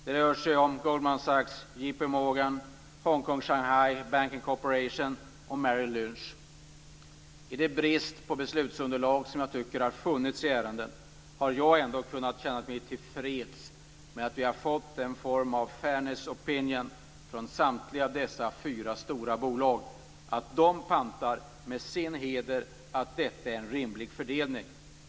Det rör sig om Goldman Sachs, Trots, som jag tycker, bristen på underlag i ärendet har jag ändå kunnat känna mig till freds med att vi har fått en form av fairness opinion från samtliga nämnda fyra stora bolag - att de med sin heder så att säga pantar att detta är en rimlig fördelning.